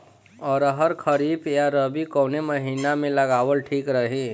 अरहर खरीफ या रबी कवने महीना में लगावल ठीक रही?